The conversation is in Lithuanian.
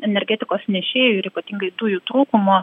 energetikos nešėjų ir ypatingai dujų trūkumo